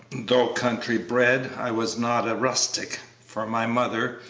though country-bred, i was not a rustic for my mother,